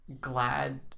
glad